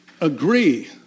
agree